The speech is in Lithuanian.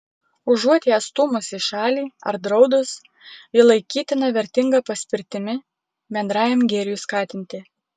užuot ją stūmus į šalį ar draudus ji laikytina vertinga paspirtimi bendrajam gėriui skatinti